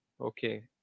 okay